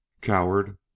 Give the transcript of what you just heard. Coward